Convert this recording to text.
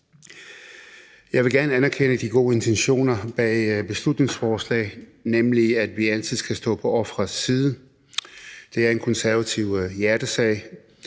Jeg vil gerne anerkende de gode intentioner bag beslutningsforslaget, nemlig at vi altid skal stå på offerets side – det er en konservativ hjertesag.